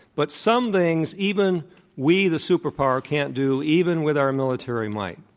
but some things, even we the superpower can't do, even with our military might.